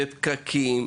פקקים,